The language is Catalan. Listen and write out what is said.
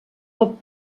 pot